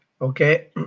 Okay